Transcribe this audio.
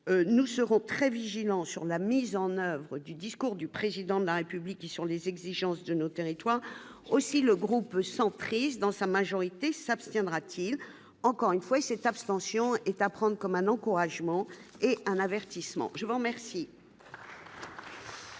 nous serons très vigilants sur la mise en oeuvre du discours du président de la République qui, sur les exigences de nos territoires, aussi le groupe centriste dans sa majorité s'abstiendra-t-il encore une fois, cette abstention est à prendre comme un encouragement et un avertissement : je vous remercie. Merci,